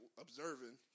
observing